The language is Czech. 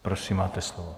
Prosím, máte slovo.